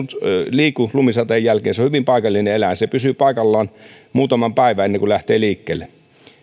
liiku lumisateen jälkeen se on hyvin paikallinen eläin se pysyy paikallaan muutaman päivän ennen kuin lähtee liikkeelle